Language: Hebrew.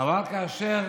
אבל כאשר